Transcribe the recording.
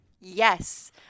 yes